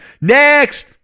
Next